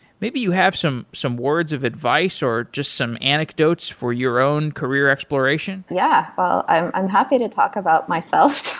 maybe you have some some words of advice or just some anecdotes for your own career exploration? yeah. well, i'm i'm happy to talk about myself.